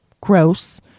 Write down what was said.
gross